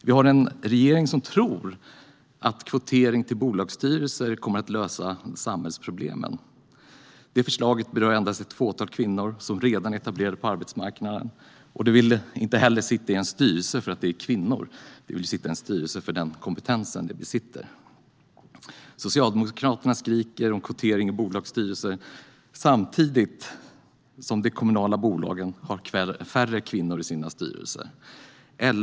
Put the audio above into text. Vi har en regering som tror att kvotering till bolagsstyrelser kommer att lösa samhällsproblemen. Det förslaget berör endast ett fåtal kvinnor som redan är etablerade på arbetsmarknaden. De vill inte heller sitta i en styrelse för att de är kvinnor utan för den kompetens som de besitter. Socialdemokraterna skriker om kvotering i bolagsstyrelser samtidigt som de kommunala bolagen har färre kvinnor i sina styrelser.